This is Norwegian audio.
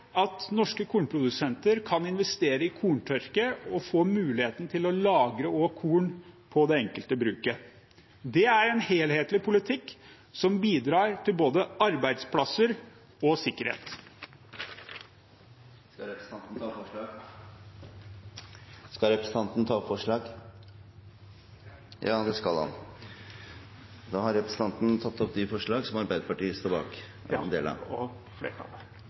at norske kornprodusenter kan investere i korntørke og få muligheten til å lagre korn på det enkelte bruket. Det er en helhetlig politikk som bidrar til både arbeidsplasser og sikkerhet. Skal representanten ta opp forslag? Ja, jeg tar opp de forslagene som Arbeiderpartiet er en del av. Da har representanten tatt opp de forslag som